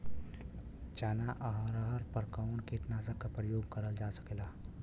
चना अरहर पर कवन कीटनाशक क प्रयोग कर जा सकेला?